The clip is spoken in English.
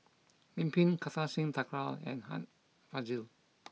Lim Pin Kartar Singh Thakral and Art Fazil